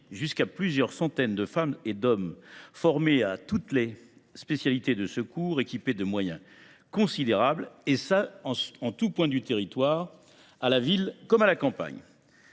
jusqu’à plusieurs centaines de femmes et d’hommes formés à toutes les spécialités de secours et équipés de moyens considérables, partout sur le territoire, à la ville comme à la campagne,